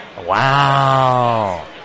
Wow